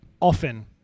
often